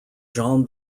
jean